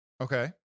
Okay